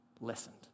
listened